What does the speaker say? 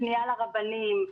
פנייה לרבנים.